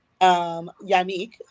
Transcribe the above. Yannick